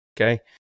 Okay